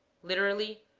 literally,